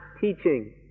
teaching